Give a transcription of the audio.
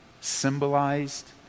symbolized